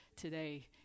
today